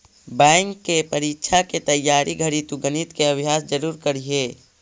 bank के परीक्षा के तइयारी घड़ी तु गणित के अभ्यास जरूर करीह